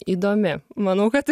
įdomi manau kad